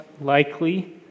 likely